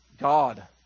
God